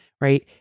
right